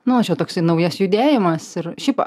nu čia toksai naujas judėjimas ir šiaip